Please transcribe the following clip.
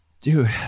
Dude